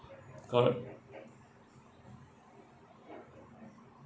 correct